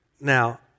Now